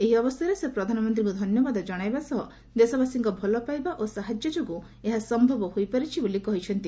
ଏହି ଅବସରରେ ସେ ପ୍ରଧାନମନ୍ତ୍ରୀଙ୍କୁ ଧନ୍ୟବାଦ ଜଣାଇବା ସହ ଦେଶବାସୀଙ୍କ ଭଲପାଇବା ଓ ସାହାଯ୍ୟ ଯୋଗୁଁ ଏହା ସମ୍ଭବ ହୋଇପାରିଛି ବୋଲି କହିଛନ୍ତି